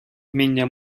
вміння